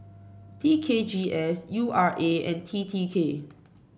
T K G S U R A and T T K